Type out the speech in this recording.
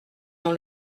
dans